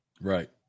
Right